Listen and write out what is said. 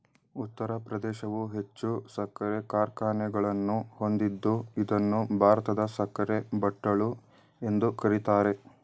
ಉತ್ತರ ಪ್ರದೇಶವು ಹೆಚ್ಚು ಸಕ್ಕರೆ ಕಾರ್ಖಾನೆಗಳನ್ನು ಹೊಂದಿದ್ದು ಇದನ್ನು ಭಾರತದ ಸಕ್ಕರೆ ಬಟ್ಟಲು ಎಂದು ಕರಿತಾರೆ